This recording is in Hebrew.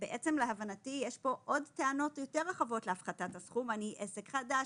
להבנתי יש כאן עוד טענות יותר רחבות להפחתת הסכום כמו אני עסק חדש,